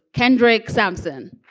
kendrick sampson